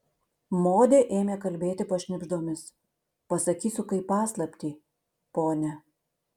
modė ėmė kalbėti pašnibždomis pasakysiu kaip paslaptį pone